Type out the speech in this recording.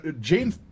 Jane